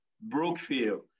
Brookfield